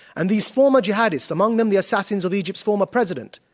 and these former jihadists, among them the assassins of egypt's former president,